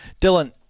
Dylan